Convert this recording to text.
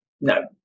no